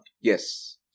Yes